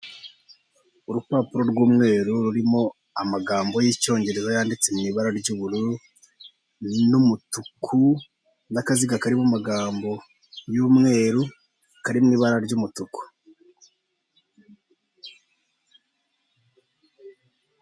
Urupapuro rw'umweru rurimo amagambo y'icyongereza yanditse mu ibara ry'ubururu n'umutuku, n'akaziga karimo amagambo y'umweru kari mu ibara ry'umutuku.